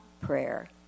prayer